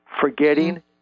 forgetting